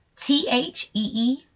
T-H-E-E